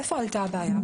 איפה עלתה הבעיה?